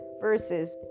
versus